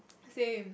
same